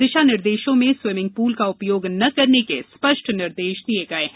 दिशा निर्देशों में swimming pool का उपयोग न करने के स्पष्ट निर्देश दिये गये हैं